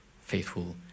faithful